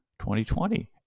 2020